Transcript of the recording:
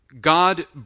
God